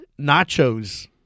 nachos